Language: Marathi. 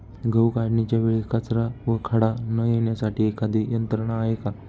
गहू काढणीच्या वेळी कचरा व खडा न येण्यासाठी एखादी यंत्रणा आहे का?